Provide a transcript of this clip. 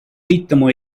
ritmo